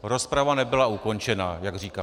Rozprava nebyla ukončena, jak říká.